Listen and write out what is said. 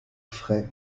frais